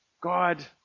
God